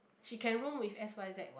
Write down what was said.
she can room with S_Y_Z